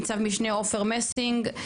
ניצב משנה עופר מסינג,